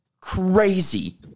crazy